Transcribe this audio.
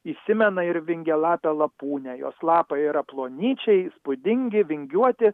įsimena ir vingialapę lapūnę jos lapai yra plonyčiai įspūdingi vingiuoti